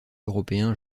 européen